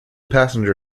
passenger